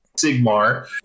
sigmar